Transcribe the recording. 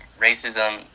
racism